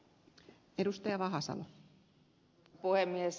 arvoisa puhemies